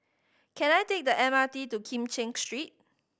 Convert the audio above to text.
can I take the M R T to Kim Cheng Street